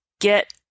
get